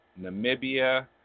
Namibia